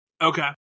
Okay